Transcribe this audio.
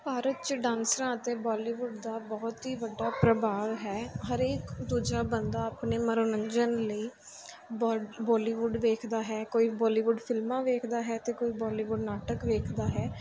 ਭਾਰਤ 'ਚ ਡਾਂਸਰਾਂ ਅਤੇ ਬੋਲੀਵੁੱਡ ਦਾ ਬਹੁਤ ਹੀ ਵੱਡਾ ਪ੍ਰਭਾਵ ਹੈ ਹਰੇਕ ਦੂਜਾ ਬੰਦਾ ਆਪਣੇ ਮਨੋਰੰਜਨ ਲਈ ਬੋ ਬੋਲੀਵੁੱਡ ਵੇਖਦਾ ਹੈ ਕੋਈ ਬੋਲੀਵੁੱਡ ਫਿਲਮਾਂ ਵੇਖਦਾ ਹੈ ਅਤੇ ਕੋਈ ਬੋਲੀਵੁੱਡ ਨਾਟਕ ਵੇਖਦਾ ਹੈ